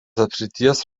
apskrities